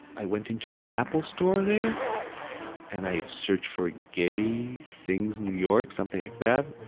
i went into the apple store there and i searched for gay things new york. something like that.